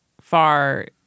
far